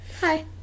Hi